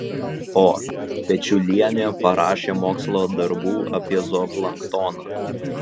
o pečiulienė parašė mokslo darbų apie zooplanktoną